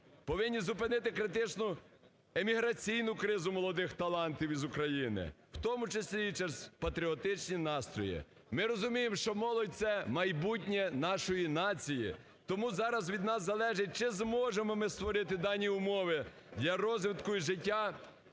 повинні зупинити критичну еміграційну кризу молодих талантів з України, у тому числі і через патріотичні настрої. Ми розуміємо, що молодь – це майбутнє нашої нації. Тому зараз від нас залежить, чи зможемо ми створити дані умови для розвитку і життя